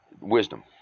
wisdom